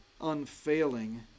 unfailing